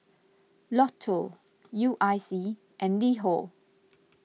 Lotto U I C and LiHo